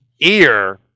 ear